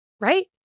right